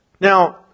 Now